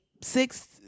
six